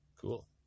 cool